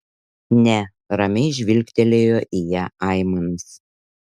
ne ramiai žvilgtelėjo į ją aimanas